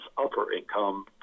upper-income